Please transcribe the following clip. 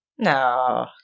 No